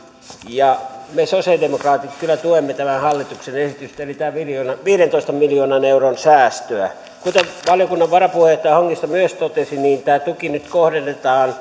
ja me sosialidemokraatit kyllä tuemme tämän hallituksen esitystä eli tätä viidentoista miljoonan euron säästöä kuten valiokunnan varapuheenjohtaja hongisto myös totesi niin tämä tuki nyt kohdennetaan